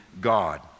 God